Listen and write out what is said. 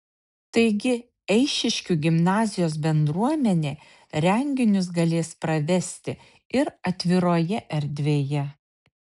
taigi eišiškių gimnazijos bendruomenė renginius galės pravesti ir atviroje erdvėje